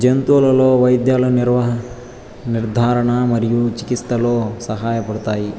జంతువులలో వ్యాధుల నిర్ధారణ మరియు చికిత్చలో సహాయపడుతారు